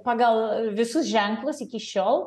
pagal visus ženklus iki šiol